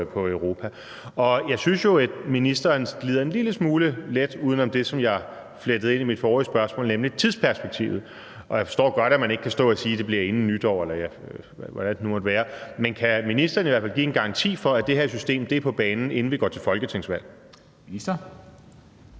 på Europa. Jeg synes jo, at ministeren glider en lille smule let uden om det, som jeg flettede ind i mit forrige spørgsmål, nemlig tidsperspektivet. Og jeg forstår godt, at man ikke kan stå og sige, at det bliver inden nytår, eller hvad det nu måtte være, men kan ministeren i hvert fald give en garanti for, at det her system er på banen, inden vi går til folketingsvalg? Kl.